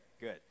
good